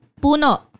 puno